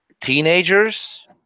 teenagers